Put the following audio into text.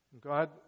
God